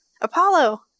Apollo